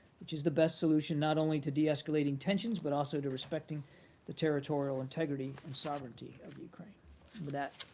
which is the best solution not only to de-escalating tensions but also to respecting the territorial integrity and sovereignty of ukraine. with that,